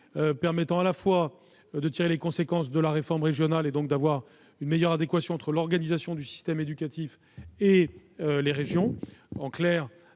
précédents débats et de tirer les conséquences de la réforme régionale en vue d'une meilleure adéquation entre l'organisation du système éducatif et les régions-